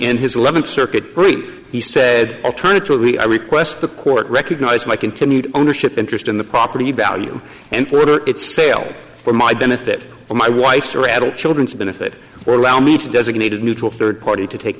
in his eleventh circuit brief he said alternatively i request the court recognize my continued ownership interest in the property value and for its sale for my benefit for my wife's or adult children's benefit or allow me to designated neutral third party to take